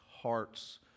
hearts